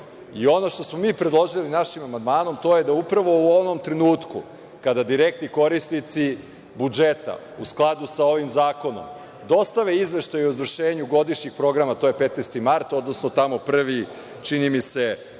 dobro. Ono što smo mi predložili našim amandmanom, to je da upravo u ovom trenutku, kada direktni korisnici budžeta u skladu sa ovim zakonom dostave izveštaj o izvršenju godišnjeg programa, to je 15. mart, odnosno tamo, čini mi se,